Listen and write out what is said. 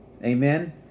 Amen